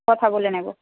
কথা বলে নেব